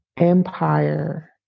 empire